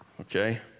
okay